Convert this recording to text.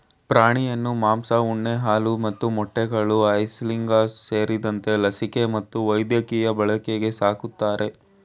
ಪ್ರಾಣಿಯನ್ನು ಮಾಂಸ ಉಣ್ಣೆ ಹಾಲು ಮತ್ತು ಮೊಟ್ಟೆಗಳು ಐಸಿಂಗ್ಲಾಸ್ ಸೇರಿದಂತೆ ಲಸಿಕೆ ಮತ್ತು ವೈದ್ಯಕೀಯ ಬಳಕೆಗೆ ಸಾಕ್ತರೆ